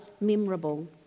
memorable